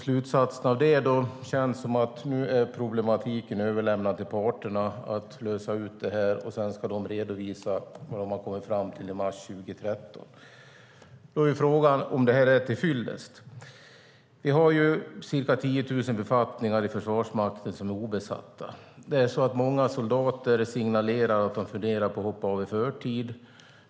Slutsatsen av det känns som att problemet nu är överlämnat till parterna att lösa, och sedan ska de i mars 2013 redovisa vad de kommit fram till. Frågan är om det är till fyllest. Vi har ca 10 000 obesatta befattningar i Försvarsmakten. Många soldater signalerar att de funderar på att hoppa av i förtid.